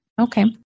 Okay